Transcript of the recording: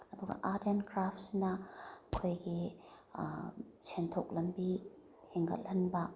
ꯑꯗꯨꯒ art and ꯀ꯭ꯔꯥꯐꯁꯤꯅ ꯑꯩꯈꯣꯏꯒꯤ ꯁꯦꯟꯊꯣꯛ ꯂꯝꯕꯤ ꯍꯦꯟꯒꯠꯍꯟꯕ